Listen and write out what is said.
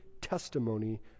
testimony